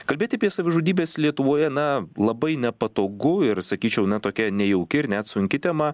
kalbėti apie savižudybes lietuvoje na labai nepatogu ir sakyčiau na tokia nejauki ir net sunki tema